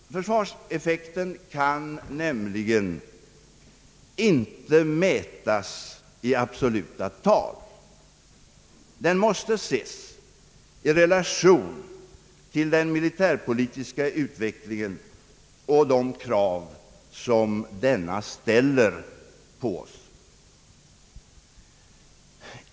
Försvarseffekten kan nämligen inte mätas i absoluta tal. Den måste ses i relation till den militärpolitiska utvecklingen och de krav som denna ställer på oss.